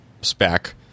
spec